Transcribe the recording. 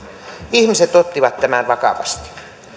ihmiset ottivat tämän vakavasti